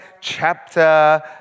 chapter